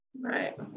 Right